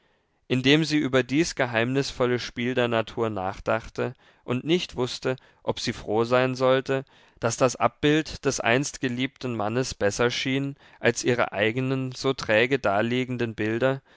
indem sie über dies geheimnisvolle spiel der natur nachdachte und nicht wußte ob sie froh sein sollte daß das abbild des einst geliebten mannes besser schien als ihre eigenen so träge daliegenden bilder